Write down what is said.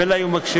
מילא היו מקשיבים.